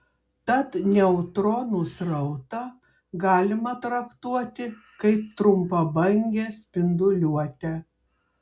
tad neutronų srautą galima traktuoti kaip trumpabangę spinduliuotę